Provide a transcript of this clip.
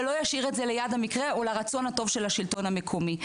ולא ישאיר את זה ליד המקרה או לרצון הטוב של השלטון המקומי.